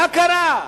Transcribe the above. מה קרה?